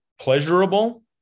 pleasurable